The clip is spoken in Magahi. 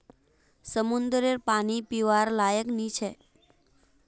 समंद्ररेर पानी पीवार लयाक नी छे